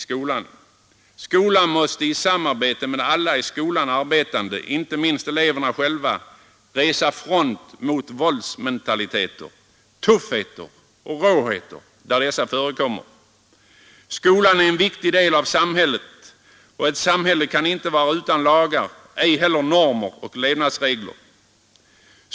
Skolan måste i samarbete mellan alla i skolan arbetande — inte minst eleverna själva — resa front mot våldsmentaliteter, tuffhet och råhet där sådant förekommer. Skolan är en viktig del av samhället. Ett samhälle kan inte vara utan lagar, ej heller utan normer och levnadsregler.